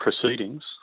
proceedings